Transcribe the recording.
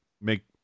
make